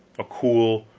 a cool,